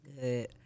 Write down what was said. good